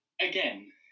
Again